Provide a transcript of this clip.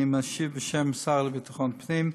אני משיב בשם השר לביטחון הפנים.